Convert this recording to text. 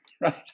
Right